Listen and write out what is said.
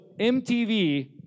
MTV